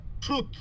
truth